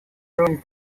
ruins